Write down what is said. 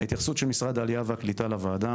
ההתייחסות של משרד העלייה והקליטה לוועדה,